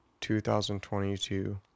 2022